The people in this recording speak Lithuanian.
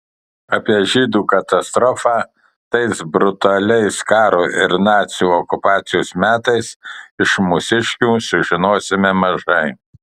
apie žydų katastrofą tais brutaliais karo ir nacių okupacijos metais iš mūsiškių sužinosime mažai